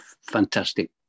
fantastic